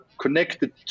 connected